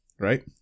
right